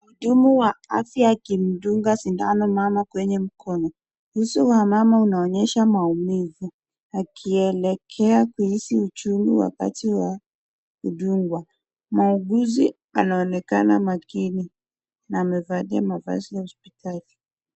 Mhudumu wa afya akimdunga sindano mama kwenye mkono. Uso wa mama unaonyesha maumivu akielekea kuhisi uchungu wakati wa kudungwa. Muuguzi anaonekana makini na amevalia mavazi ya hospitali.